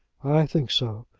i think so.